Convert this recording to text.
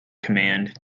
command